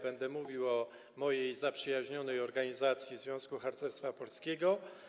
Będę mówił o zaprzyjaźnionej organizacji - Związku Harcerstwa Polskiego.